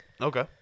Okay